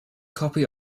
copy